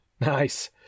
nice